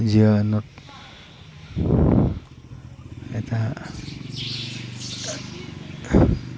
জীৱনত এটা